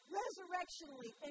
resurrectionally